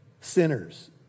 sinners